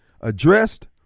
addressed